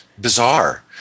bizarre